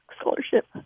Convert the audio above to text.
scholarship